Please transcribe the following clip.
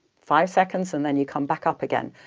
five seconds, and then you come back up again.